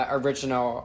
original